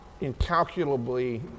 incalculably